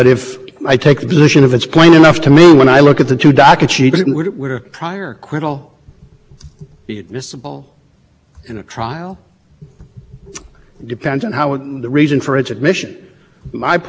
trial depends on how and the reason for its admission my point is that it was it was a a fact which should have been known to the authorizing judge a fact which should have been made known